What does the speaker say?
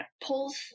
pulls